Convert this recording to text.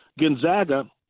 Gonzaga